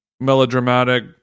melodramatic